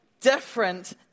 different